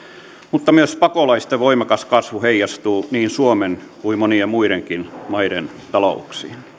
mutta myös pakolaisten voimakas kasvu heijastuu niin suomen kuin monien muidenkin maiden talouksiin